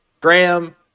Graham